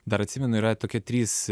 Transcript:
dar atsimenu yra tokie trys